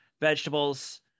vegetables